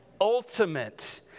ultimate